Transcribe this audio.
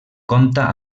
compta